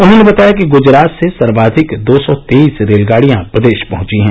उन्होंने बताया कि गुजरात से सर्वाधिक दो सौ तेईस रेलगाड़ियां प्रदेश पहंची हैं